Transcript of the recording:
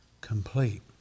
complete